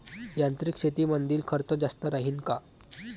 यांत्रिक शेतीमंदील खर्च जास्त राहीन का?